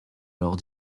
alors